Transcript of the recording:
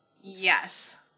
Yes